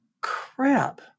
crap